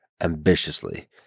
ambitiously